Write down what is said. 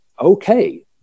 okay